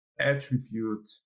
attribute